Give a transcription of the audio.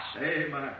Amen